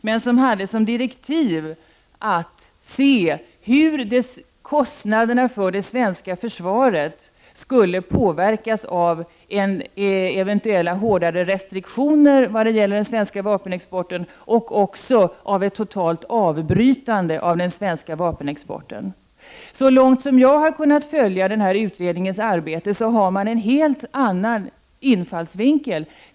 Den hade som direktiv att studera hur kostnaderna för det svenska försvaret skulle påverkas av eventuellt hårdare restriktioner vad gäller den svenska vapenexporten och också av ett totalt avbrytande av den svenska vapenexporten. Så långt jag har kunnat följa den utredningens arbete har den en helt annan infallsvinkel.